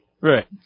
Right